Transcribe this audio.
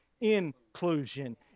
inclusion